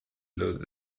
loaded